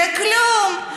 זה כלום,